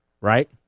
Right